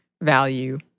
value